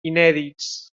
inèdits